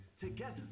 together